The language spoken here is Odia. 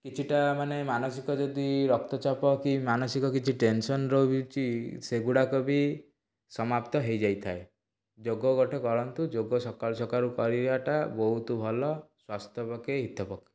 କିଛିଟା ମାନେ ମାନସିକ ଯଦି ରକ୍ତଚାପ କି ମାନସିକ କିଛି ଟେନ୍ସନ୍ ରହିଛି ସେଗୁଡ଼ାକ ବି ସମାପ୍ତ ହୋଇଯାଇଥାଏ ଯୋଗ ଗୋଟେ କରନ୍ତୁ ଯୋଗ ସକାଳୁ ସକାଳୁ କରିବାଟା ବହୁତ ଭଲ ସ୍ୱାସ୍ଥ୍ୟପକ୍ଷେ ହିତକର